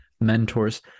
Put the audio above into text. mentors